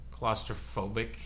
claustrophobic